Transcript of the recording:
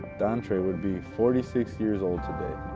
dontray would be forty six years old today.